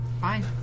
Fine